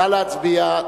נא להצביע.